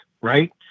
right